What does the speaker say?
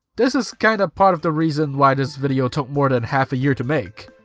this is kinda part of the reason why this video took more than half a year to make.